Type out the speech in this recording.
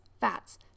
fats